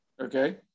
okay